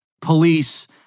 police